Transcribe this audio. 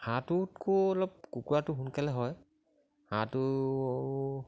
হাঁহটোতকৈ অলপ কুকুৰাটো সোনকালে হয় হাঁহটো